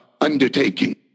undertaking